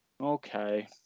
Okay